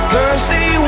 Thursday